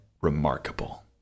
remarkable